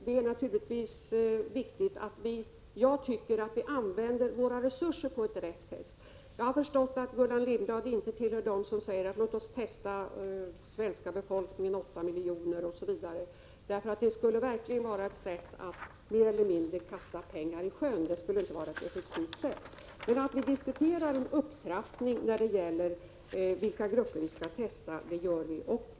Det är naturligtvis viktigt att resurserna används på ett riktigt sätt. Jag har förstått att Gullan Lindblad inte tillhör dem som säger att hela den svenska befolkningen på åtta miljoner människor bör testas — något som verkligen skulle vara ineffektivt och ett sätt att mer eller mindre kasta pengar i sjön. Däremot diskuteras en upptrappning när det gäller vilka grupper som skall testas.